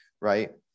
right